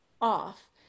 off